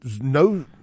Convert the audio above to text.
no